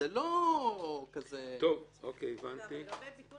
לגבי ביטול